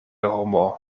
homo